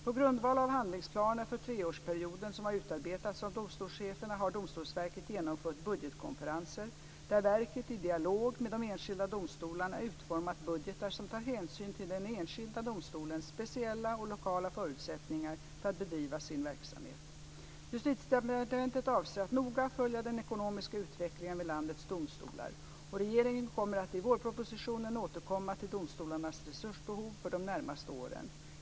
På grundval av handlingsplaner för treårsperioden som har utarbetats av domstolscheferna har Domstolsverket genomfört budgetkonferenser där verket i dialog med de enskilda domstolarna utformat budgetar som tar hänsyn till den enskilda domstolens speciella och lokala förutsättningar för att bedriva sin verksamhet. Justitiedepartementet avser att noga följa den ekonomiska utvecklingen vid landets domstolar. Regeringen kommer att i vårpropositionen återkomma till domstolarnas resursbehov för de närmaste åren.